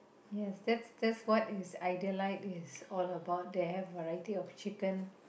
yes that's that's what is Idealite is all about they have variety of chicken